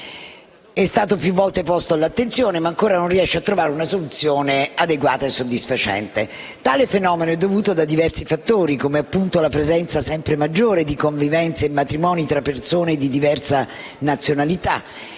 È stato più volte posto all'attenzione, ma ancora non riesce a trovare una soluzione adeguata e soddisfacente. Tale fenomeno è dovuto a diversi fattori come, appunto, il numero sempre maggiore di convivenze e matrimoni tra persone di diversa nazionalità,